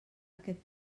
aquest